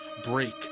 break